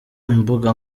imbuga